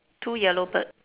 two yellow birds